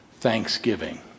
Thanksgiving